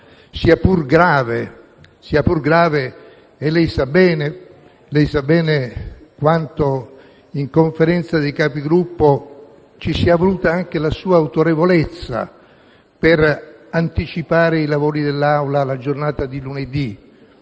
sia pur grave. Lei sa bene quanto, in Conferenza dei Capigruppo, ci sia voluta anche la sua autorevolezza per anticipare i lavori dell'Assemblea alla giornata di lunedì,